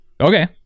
Okay